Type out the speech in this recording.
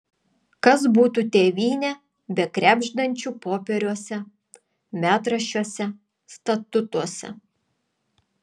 kas būtų tėvynė be krebždančių popieriuose metraščiuose statutuose